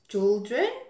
Children